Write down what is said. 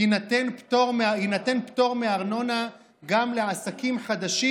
יינתן פטור מארנונה גם לעסקים חדשים,